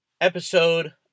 episode